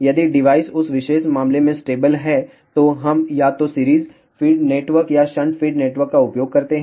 यदि डिवाइस उस विशेष मामले में स्टेबल है तो हम या तो सीरीज फ़ीड नेटवर्क या शंट फ़ीड नेटवर्क का उपयोग करते हैं